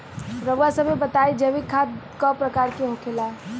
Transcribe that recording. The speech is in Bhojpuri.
रउआ सभे बताई जैविक खाद क प्रकार के होखेला?